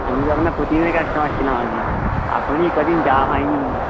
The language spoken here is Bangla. আমি তো আপনার প্রতিদিনের কাস্টোমার ছিলাম আগে এখন এ কদিন যাওয়া হয় নি